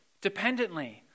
dependently